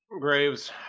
Graves